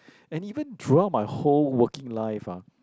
and even throughout my whole working life ah